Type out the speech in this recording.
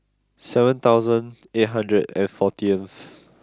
seven thousand eight hundred and fourteenth